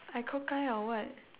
I cockeye or what